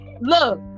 look